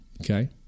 okay